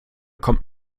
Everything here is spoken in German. kommt